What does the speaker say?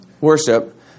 Worship